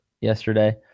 yesterday